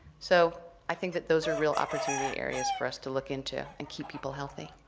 so, i think that those are real opportunity areas for us to look into and keep people healthy.